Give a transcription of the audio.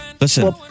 Listen